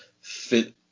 fit